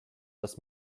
dass